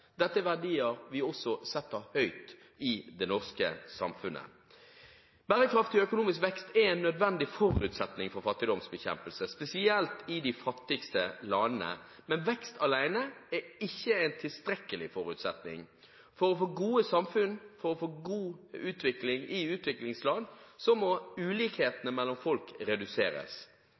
Dette er verdier vi også setter høyt i det norske samfunnet. Bærekraftig økonomisk vekst er en nødvendig forutsetning for fattigdomsbekjempelse, spesielt i de fattigste landene. Men vekst alene er ikke en tilstrekkelig forutsetning. For å få gode samfunn, for å få en god utvikling i utviklingsland, må ulikhetene mellom folk reduseres.